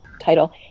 title